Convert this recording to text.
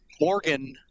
Morgan